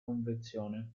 convenzione